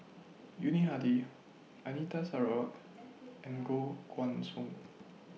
Yuni Hadi Anita Sarawak and Koh Guan Song